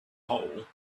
hole